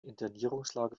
internierungslager